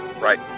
Right